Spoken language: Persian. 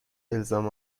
الزام